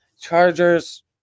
Chargers